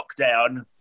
lockdown